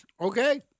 Okay